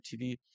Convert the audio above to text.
TV